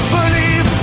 believe